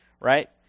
right